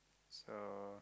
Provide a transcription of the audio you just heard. so